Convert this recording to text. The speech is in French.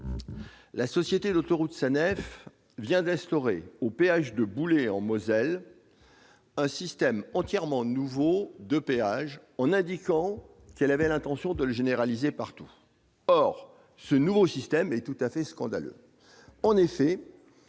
la société d'autoroutes SANEF vient d'instaurer, à la barrière de Boulay-Moselle, un système entièrement nouveau de péage, en indiquant qu'elle avait l'intention de le généraliser partout. Or ce nouveau système est tout à fait scandaleux.